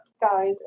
guys